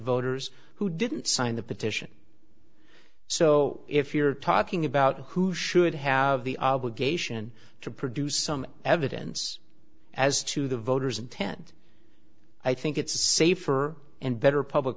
voters who didn't sign the petition so if you're talking about who should have the obligation to produce some evidence as to the voter's intent i think it's a safer and better public